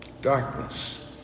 Darkness